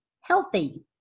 healthy